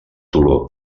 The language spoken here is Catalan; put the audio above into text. toló